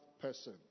person